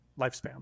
lifespan